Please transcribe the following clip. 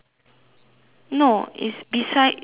no it's beside the net